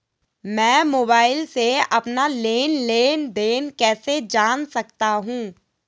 मैं मोबाइल से अपना लेन लेन देन कैसे जान सकता हूँ?